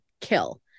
kill